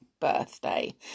birthday